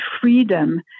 freedom